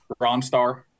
Ronstar